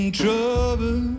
trouble